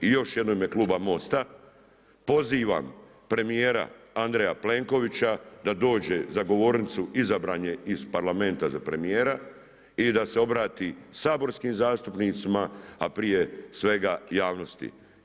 I još jednom u ime kluba MOST-a pozivam premijera Andreja Plenkovića da dođe za govornicu, izabran je iz Parlamenta za premijera i da se obrati saborskim zastupnicima, a prije svega javnosti.